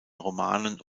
romanen